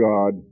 God